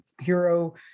hero